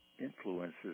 influences